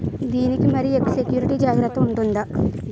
దీని కి మరి సెక్యూరిటీ జాగ్రత్తగా ఉంటుందా?